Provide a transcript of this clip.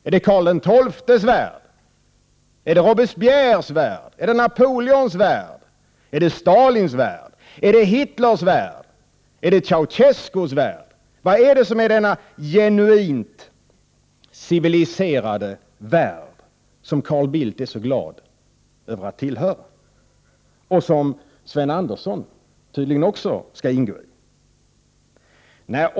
Är det Karl XII:s värld, är det Robespierres värld, är det Napoleons värld, är det Stalins värld, är det Hitlers värld, eller är det Ceausescus värld? Vad är denna genuint civiliserade värld som Carl Bildt är så glad över att tillhöra — och som Sten Andersson tydligen också skall ingå i?